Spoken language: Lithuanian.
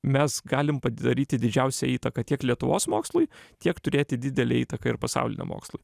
mes galim padaryti didžiausią įtaką tiek lietuvos mokslui tiek turėti didelę įtaką ir pasauliniam mokslui